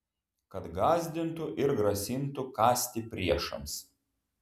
kad gąsdintų ir grasintų kąsti priešams